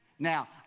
Now